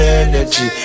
energy